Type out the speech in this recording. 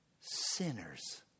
sinners